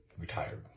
Retired